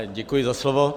Děkuji za slovo.